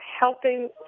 Helping